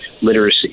literacy